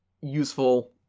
useful